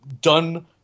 done